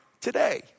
Today